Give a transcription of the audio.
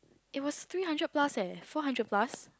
it was three hundred plus eh four hundred plus